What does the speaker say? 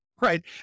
Right